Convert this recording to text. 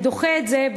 אני דוחה את זה,